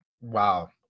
Wow